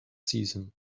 season